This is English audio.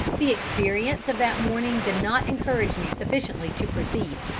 the experience of that morning did not encourage me sufficiently to proceed.